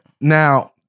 Now